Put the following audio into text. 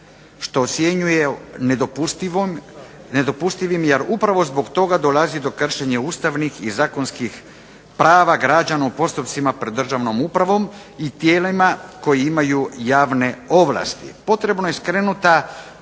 što ocjenjuje nedopustivim jer upravo zbog toga dolazi do kršenja ustavnih i zakonskih prava građana u postupcima pred državnom upravom i tijelima koji imaju javne ovlasti. Posebno je skrenuta